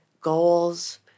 goals